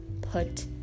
put